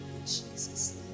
Jesus